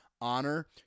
...honor